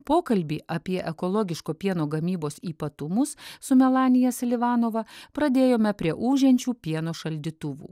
pokalbį apie ekologiško pieno gamybos ypatumus su melanija silivanova pradėjome prie ūžiančių pieno šaldytuvų